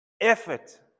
Effort